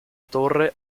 torre